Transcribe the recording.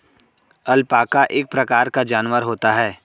alpaca एक प्रकार का जानवर होता है